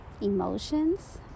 emotions